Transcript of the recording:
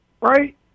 right